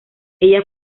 ella